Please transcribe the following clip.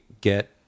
get